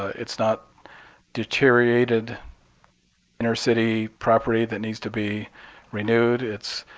it's not deteriorated inner city property that needs to be renewed. it's